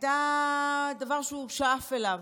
הייתה דבר שהוא שאף אליו.